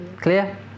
Clear